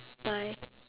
my